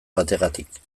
bategatik